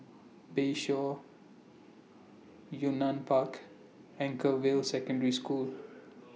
Bayshore Yunnan Park and Anchorvale Secondary School